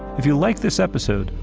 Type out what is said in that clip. if you liked this episode,